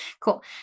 cool